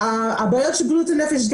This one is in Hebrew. הבעיות של בריאות הנפש,